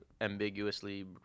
Ambiguously